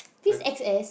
this X_S